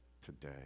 today